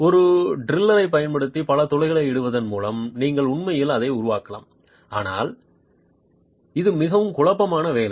ஒரு ட்ரில்லைப் பயன்படுத்தி பல துளைகளை இடுவதன் மூலம் நீங்கள் உண்மையில் அதை உருவாக்கலாம் ஆனால் இது மிகவும் குழப்பமான வேலை